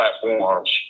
platforms